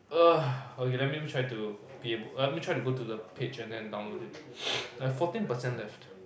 !ugh! okay let me let me try to be able let me try to go to the page and then download it I have fourteen percent left